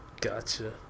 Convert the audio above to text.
Gotcha